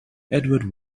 edward